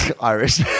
Irish